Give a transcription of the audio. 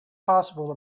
possible